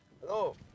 Hello